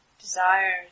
Desire